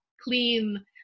clean